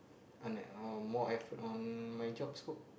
uh more effort on my job scope